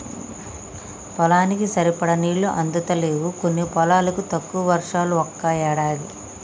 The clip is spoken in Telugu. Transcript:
పొలానికి సరిపడా నీళ్లు అందుతలేవు కొన్ని పొలాలకు, తక్కువ వర్షాలు ఒక్కో ఏడాది